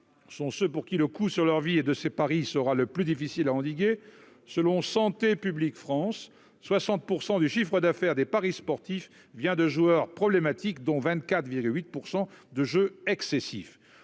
sont ceux pour qui le coup sur leur vie et de ses Paris sera le plus difficile à endiguer, selon Santé publique France 60 % du chiffre d'affaire des paris sportifs vient de joueurs problématiques, dont 24 8 % de jeu excessif